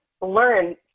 learn